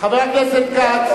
חבר הכנסת כץ.